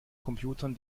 computern